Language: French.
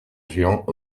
géant